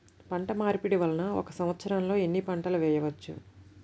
పంటమార్పిడి వలన ఒక్క సంవత్సరంలో ఎన్ని పంటలు వేయవచ్చు?